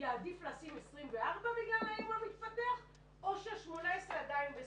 יעדיף לשים 24 בגלל האיום המתפתח או 18 זה עדיין בסדר?